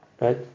Right